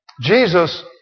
Jesus